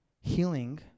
Healing